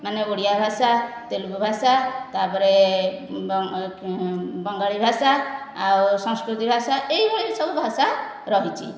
ମାନେ ଓଡ଼ିଆ ଭାଷା ତେଲୁଗୁ ଭାଷା ତା'ପରେ ବଙ୍ଗାଳୀ ଭାଷା ଆଉ ସଂସ୍କୃତ ଭାଷା ଏହି ଭଳି ସବୁ ଭାଷା ରହିଛି